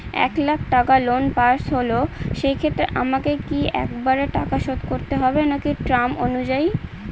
এক লাখ টাকা loan pass হল সেক্ষেত্রে আমাকে কি একবারে টাকা শোধ করতে হবে নাকি টার্ম অনুযায়ী?